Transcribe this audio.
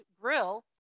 grill